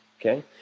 okay